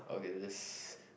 okay that's